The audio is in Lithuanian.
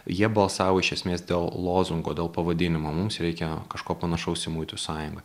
jie balsavo iš esmės dėl lozungo dėl pavadinimo mums reikia kažko panašaus į muitų sąjungą